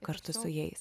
kartu su jais